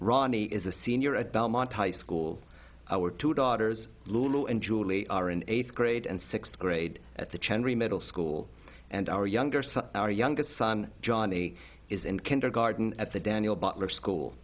ronnie is a senior at belmont high school our two daughters lou and julie are in eighth grade and sixth grade at the chen remodel school and our younger son our youngest son johnny is in kindergarten at the daniel butler school